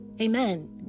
Amen